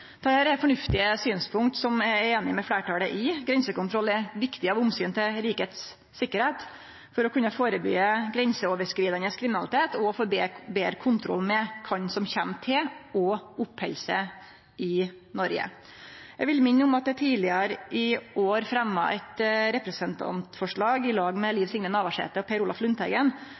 er fornuftige synspunkt eg er einig med fleirtalet i. Grensekontroll er viktig av omsyn til rikets sikkerheit, for å kunne førebyggje grenseoverskridande kriminalitet og for å få betre kontroll med kven som kjem til og oppheld seg i Noreg. Eg vil minne om at eg tidlegare i år fremja eit representantforslag i lag med Liv Signe Navarsete og Per Olaf Lundteigen